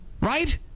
Right